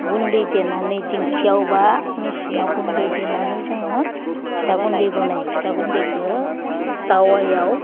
गुन्दै देनानै दिंखियाव बा मेसिनाव गुन्दै देनानै जोङो फिथा गुन्दै बानायो फिथा गुन्दैखौ टावायाव